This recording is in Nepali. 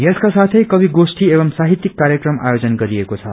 यसका साथै कवि गोष्ठी एवं साहित्यिक कार्यक्रम आयोजन गरिएको छ